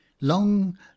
long